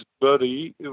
buddy